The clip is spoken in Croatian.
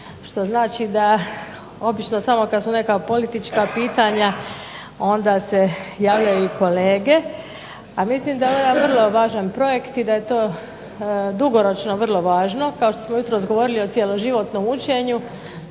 što znači da obično samo kad su neka politička pitanja onda se javljaju i kolege, a mislim da je ovo jedan vrlo važan projekt i da je to dugoročno vrlo važno, kao što smo jutros govorili o cjeloživotnom učenju